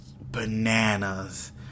bananas